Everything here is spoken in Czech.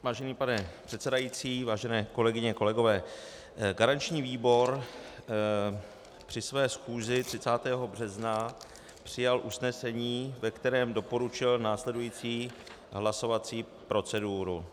Vážený pane předsedající, vážené kolegyně, kolegové, garanční výbor při své schůzi 30. března přijal usnesení, ve kterém doporučil následující hlasovací proceduru.